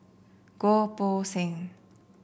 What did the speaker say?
Goh Poh Seng